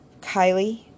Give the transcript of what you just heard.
Kylie